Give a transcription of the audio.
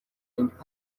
empire